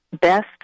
best